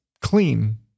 clean